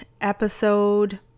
episode